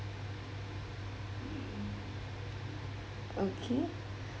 okay